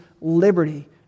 liberty